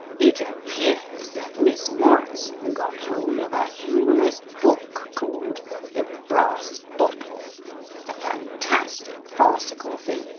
it appears that miss morrison got hold of a humorous book called the brass bottle a fantastic, farcical thing,